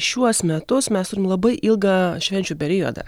šiuos metus mes turim labai ilgą švenčių periodą